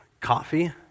Coffee